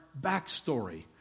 backstory